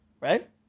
right